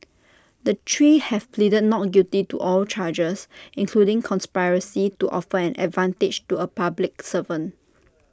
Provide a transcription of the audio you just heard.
the three have pleaded not guilty to all charges including conspiracy to offer an advantage to A public servant